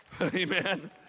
Amen